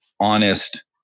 honest